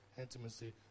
intimacy